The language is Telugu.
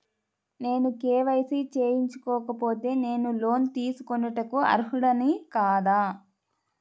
నేను కే.వై.సి చేయించుకోకపోతే నేను లోన్ తీసుకొనుటకు అర్హుడని కాదా?